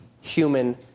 human